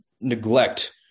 neglect